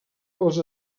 pels